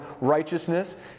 righteousness